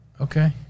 Okay